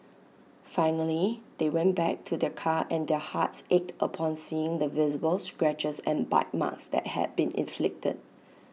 finally they went back to their car and their hearts ached upon seeing the visible scratches and bite marks that had been inflicted